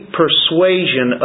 persuasion